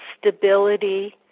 stability